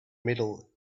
middle